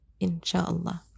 insha'Allah